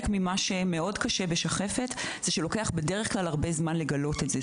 ממה שמאוד קשה בשחפת זה שלוקח בדרך כלל הרבה מאוד זמן לגלות את זה.